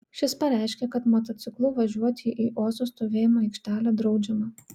šis pareiškė kad motociklu važiuoti į ozo stovėjimo aikštelę draudžiama